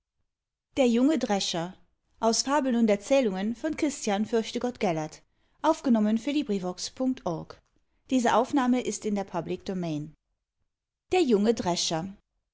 der junge drescher der junge